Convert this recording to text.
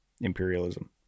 imperialism